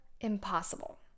impossible